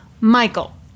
Michael